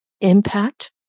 impact